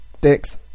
dicks